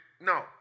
No